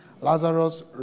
Lazarus